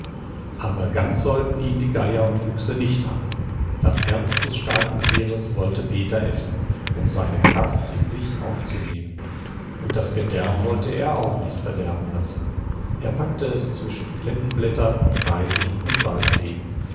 aber ganz sollten ihn die geier und füchse nicht haben das herz des starken tieres wollte peter essen um seine kraft in sich aufzunehmen und das gedärm wollte er auch nicht verderben lassen er packte es zwischen klettenblätter reisig und